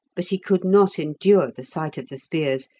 but he could not endure the sight of the spears,